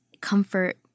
comfort